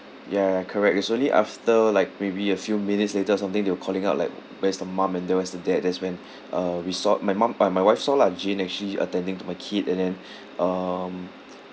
ya ya correct it's only after like maybe a few minutes later or something they were calling out like where's the mum and then where's the dad that's when uh we saw my mum uh my wife saw lah jane actually attending to my kid and then um